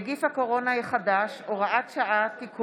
(נגיף הקורונה החדש, הוראת שעה,